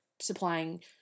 supplying